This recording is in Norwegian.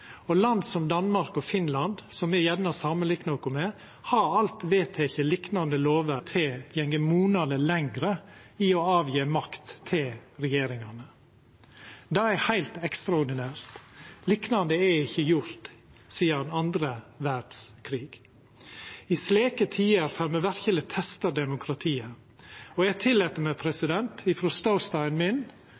og Finland, som me gjerne samanliknar oss med, har alt vedteke liknande lover som dei me vedtek i dag – lover som endåtil går monaleg lenger i å gje frå seg makt til regjeringa. Det er heilt ekstraordinært, noko liknande er ikkje gjort sidan den andre verdskrigen. I slike tider får me verkeleg testa demokratiet, og eg tillèt meg frå ståstaden min